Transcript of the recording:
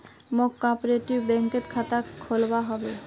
मौक कॉपरेटिव बैंकत खाता खोलवा हबे